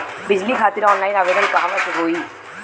बिजली खातिर ऑनलाइन आवेदन कहवा से होयी?